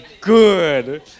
good